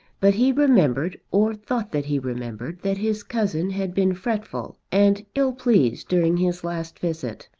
but he remembered or thought that he remembered, that his cousin had been fretful and ill-pleased during his last visit,